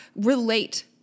relate